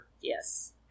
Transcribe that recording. Yes